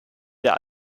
der